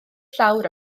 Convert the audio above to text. llawr